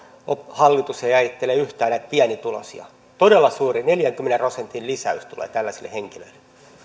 hallitus ei ajattele yhtään näitä pienituloisia todella suuri neljänkymmenen prosentin lisäys tulee tällaisille henkilöille